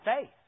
faith